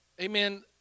Amen